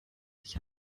sich